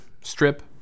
strip